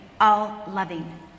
all-loving